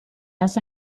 has